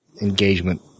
engagement